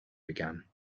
began